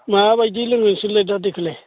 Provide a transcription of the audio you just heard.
माबायदि लोङो नोंसोरलाय दा दैखौलाय